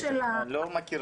הנושא